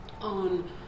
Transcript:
on